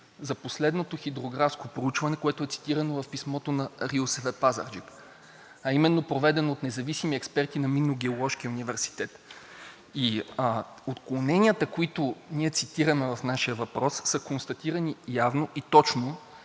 за последното хидрографско проучване, което е цитирано в писмото на РИОСВ – Пазарджик, а именно, предадено от независими експерти на Минно геоложкия университет. Отклоненията, които ние цитираме в нашия въпрос, са констатирани явно и точно